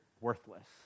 worthless